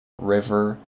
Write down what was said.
River